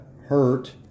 hurt